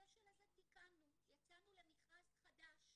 יצאנו למכרז חדש,